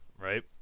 right